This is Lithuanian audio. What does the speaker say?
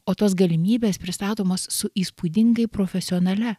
o tos galimybės pristatomos su įspūdingai profesionalia